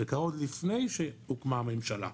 זה קרה עוד לפני שהוקמה הממשלה.